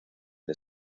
the